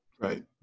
right